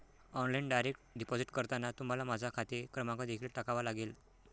online direct deposit करताना तुम्हाला माझा खाते क्रमांक देखील टाकावा लागेल